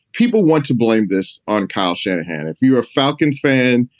people want to blame this on kyle shanahan. if you're a falcons fan,